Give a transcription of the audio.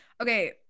Okay